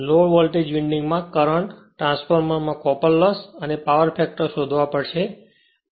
લો voltage winding માં current ટ્રાન્સફોર્મરમાં copper loss અને પાવર ફેક્ટર શોધવા પડશે